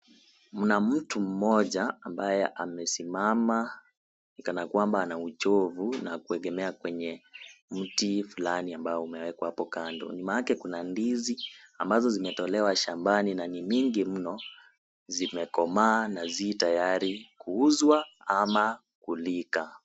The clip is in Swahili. Mna mtu mmoja ambaye amesimama kana kwamba ana uchovu na kuegemea kwenye mti fulani ambao unawekwa hapo kando. Nyuma yake kuna ndizi ambazo zimetolewa shambani na ni mingi mno. Zimekomaa na zi tayari kuuzwa ama kulika.